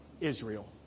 Israel